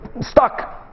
stuck